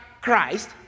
Christ